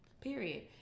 Period